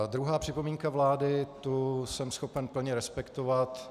Druhou připomínku vlády jsem schopen plně respektovat.